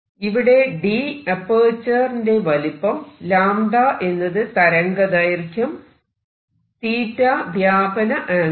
ഇവിടെ d aperture ന്റെ വലുപ്പം 𝞴 എന്നത് തരംഗ ദൈർഘ്യം 𝜃 വ്യാപന ആംഗിൾ